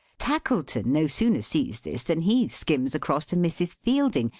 tackleton no sooner sees this, than he skims across to mrs. fielding,